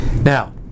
Now